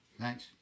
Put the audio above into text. Thanks